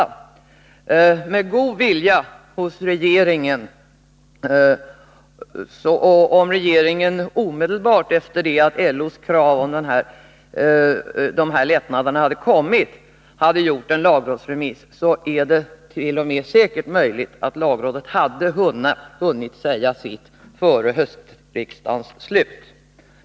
Om litet god vilja hade funnits och om regeringen omedelbart efter det att LO:s krav på de aktuella lättnaderna hade framförts hade remitterat frågan till lagrådet, hade det säkert t.o.m. varit möjligt att lagrådet hade hunnit säga sitt före höstriksdagens slut.